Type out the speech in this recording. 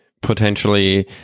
Potentially